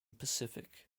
pacific